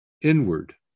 inward